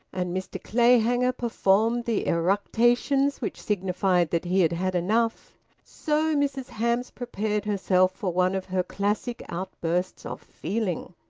and mr clayhanger performed the eructations which signified that he had had enough so mrs hamps prepared herself for one of her classic outbursts of feeling.